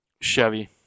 Chevy